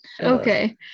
okay